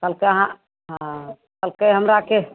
कहलकै अहाँ हँ कहलकै हमराके